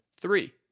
three